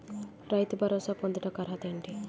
రైతు భరోసా పొందుటకు అర్హత ఏంటి?